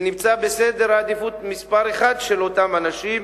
שנמצא בעדיפות מספר אחת של אותם אנשים,